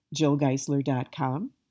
jillgeisler.com